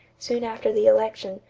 soon after the election,